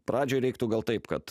pradžioj reiktų gal taip kad